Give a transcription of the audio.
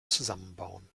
zusammenbauen